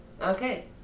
Okay